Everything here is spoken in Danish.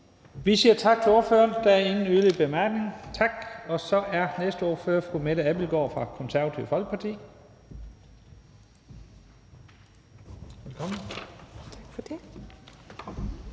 Vi siger tak til ordføreren. Der er ingen yderligere korte bemærkninger. Så er næste ordfører fru Mette Abildgaard fra Det Konservative Folkeparti. Velkommen. Kl.